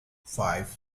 five